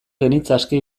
genitzake